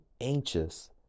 anxious